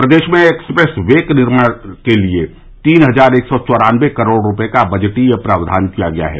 प्रदेश में expressway निर्माण के लिये तीन हजार एक सौ चौरानवे करोड़ रूपये का बजटीय प्रावधान किया गया है